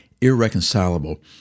irreconcilable